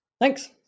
Thanks